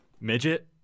midget